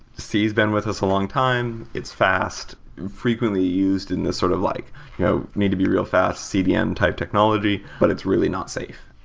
c has been with us a longtime, it's fast, and frequently used in this sort of like you know made to be real fast cdm type technology, but it's really not safe.